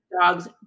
dogs